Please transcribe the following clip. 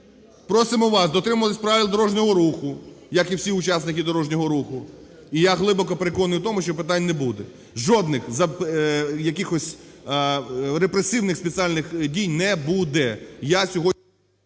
просимо вас дотримуватись правил дорожнього руху, як і всі учасники дорожнього руху. І я глибоко переконаний в тому, що питань не буде, жодних, якихось репресивних спеціальних дій не буде.